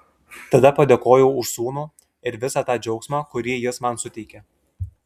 tada padėkojau už sūnų ir visą tą džiaugsmą kurį jis man suteikia